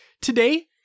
Today